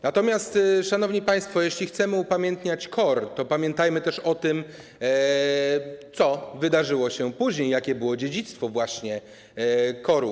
Natomiast, szanowni państwo, jeśli chcemy upamiętniać KOR, to pamiętajmy też o tym, co wydarzyło się później, jakie było dziedzictwo KOR-u.